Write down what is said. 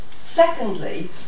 Secondly